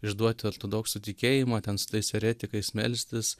išduoti ortodoksų tikėjimą ten su tais eretikais melstis